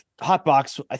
Hotbox